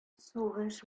сугыш